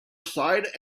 aside